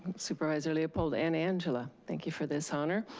supervisor leopold, and angela. thank you for this honor.